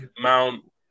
Mount